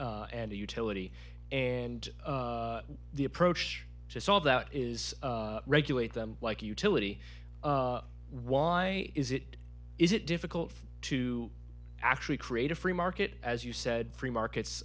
and utility and the approach to solve that is regulate them like utility why is it is it difficult to actually create a free market as you said free markets